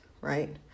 right